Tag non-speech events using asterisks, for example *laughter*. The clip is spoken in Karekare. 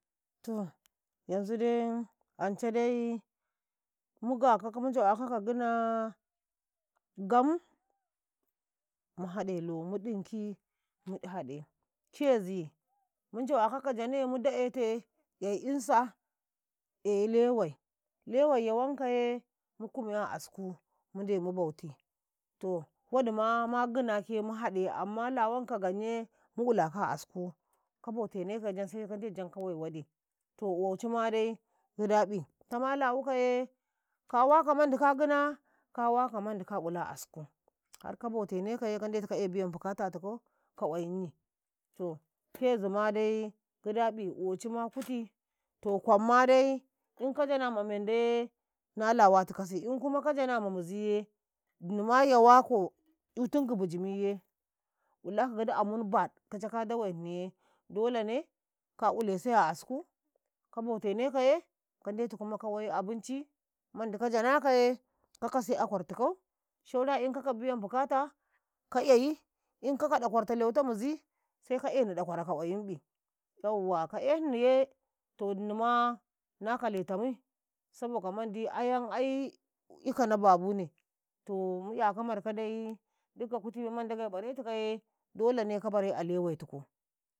﻿to yanzu dai ance dai mu njawakaka gina gam mu haɗe-lo mu ɗinki mu haɗe. Kezi mu njawakaka jane mu da'ete "yayi insa eyi lewai Lewai ya wankaya kume a asku mundayi mu bauti to waɗi make ma gina mu ilaka a asku, ka bautenekaye jan sai kan ndayi ka wayi waɗi to oci ma dai gidaƃi ditama lawukaye ka waka mandi ka gina ka waka mandi kaule a asku har ka bautenekaye kan ndetu ka eyi manawatikau ka kwayinyi, to kezi ma dai gidaƃi oci ma kuti to kwam ma dai in ka jana ma menda ye nala watikasi in kuma ka jana ma mizi ye ina yawako itinki kwanye ilaka gidi amin baɗ kice ka dawaihiniye dolene ka ilese a asku ka bautenekay kan ndetu kuma ka wai abinci waɗa mandi ka jana ka ye ka kase a kwartikau kinai yi ka nanka manawaye sai ka eyi inka nanka ɗakwarta lewi ta mizi sai ka eni ɗakwarau ka kwayinƃi *hesitation* ka ehiniye to ini ma na kale tamui sabo ka ma mandi ai ayan ika na babu ne to mu eka markada giɗ ka kuti memman ndage bare tikaye *unintelligible* ka bare a lewaitikau.